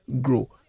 grow